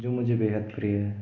जो मुझे बेहद प्रिय है